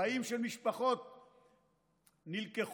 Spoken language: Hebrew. חיים של משפחות נלקחו,